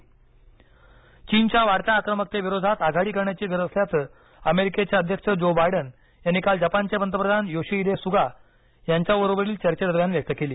America Japan चीनच्या वाढत्या आक्रमकतेविरोधात आघाडी करण्याची गरज असल्याचं अमेरिकेचे अध्यक्ष ज्यो बायडन यांनी काल जपानचे पंतप्रधान योशिहीदे सुगा यांच्याबरोबरील चर्चेदरम्यान व्यक्त केली